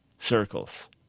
circles